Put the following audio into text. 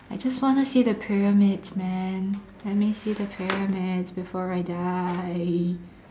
I just wanna see the pyramids man let me see the pyramids before I die